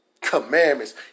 Commandments